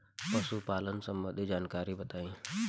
पशुपालन सबंधी जानकारी बताई?